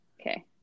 Okay